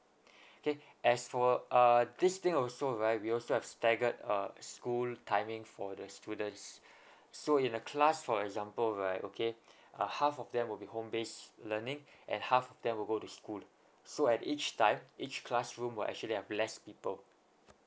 okay as for uh this thing also right we also have staggered uh school timing for the students so in a class for example right okay a half of them will be home based learning and half of them will go to school so at each time each classroom will actually have less people